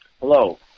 hello